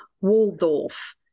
Waldorf